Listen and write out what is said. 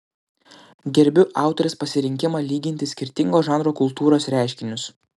gerbiu autorės pasirinkimą lyginti skirtingo žanro kultūros reiškinius